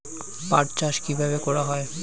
পাট চাষ কীভাবে করা হয়?